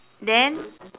then